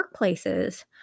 workplaces